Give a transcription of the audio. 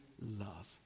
love